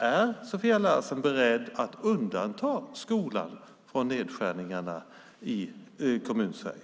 Är Sofia Larsen beredd att undanta skolan från nedskärningarna i Kommunsverige?